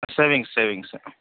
savings సేవింగ్సే